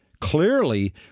Clearly